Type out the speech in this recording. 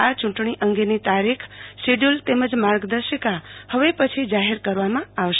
આ ચુટણી અંગેની તારીખ શિડયુલ તેમજ માર્ગદર્શિકા હવે પછી જાહેર કરવામાં આવશે